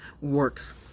works